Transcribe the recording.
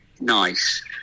nice